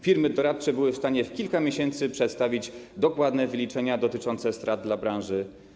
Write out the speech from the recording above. Firmy doradcze były w stanie w kilka miesięcy przedstawić dokładne wyliczenia dotyczące strat dla branży.